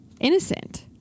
innocent